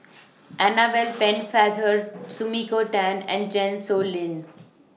Annabel Pennefather Sumiko Tan and Chan Sow Lin